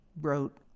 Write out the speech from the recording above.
wrote